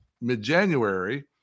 mid-January